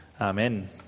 Amen